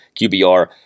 QBR